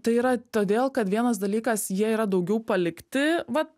tai yra todėl kad vienas dalykas jie yra daugiau palikti vat